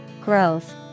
growth